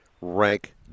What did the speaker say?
rank